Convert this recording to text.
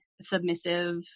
submissive